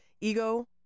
ego